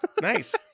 Nice